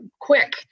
quick